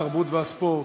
התרבות והספורט.